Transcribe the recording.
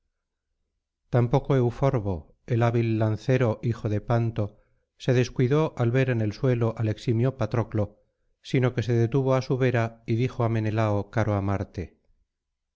tampoco euforbo el hábil lancero hijo de panto se descuidó al ver en el suelo al eximio patroclo sino que se detuvo á su vera y dijo á menelao caro á marte